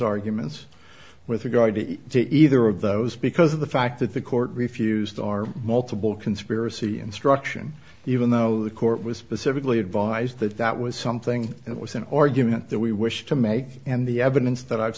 arguments with regard to either of those because of the fact that the court refused our multiple conspiracy instruction even though the court was specifically advised that that was something that was an argument that we wish to make and the evidence that i've